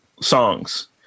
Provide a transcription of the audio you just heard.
songs